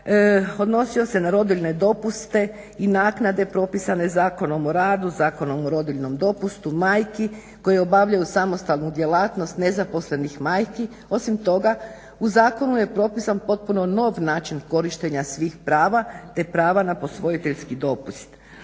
odnosio se na rodiljne dopuste i naknade propisane Zakonom o radu, Zakonom o rodiljnom dopustu majki koje obavljaju samostalnu djelatnost nezaposlenih majki, osim toga u zakonu je propisan potpuno nov način korištenja svih prava te prava na posvojiteljski dopust.